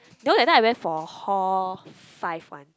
you know that time I went for hall five one